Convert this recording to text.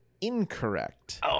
incorrect